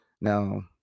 Now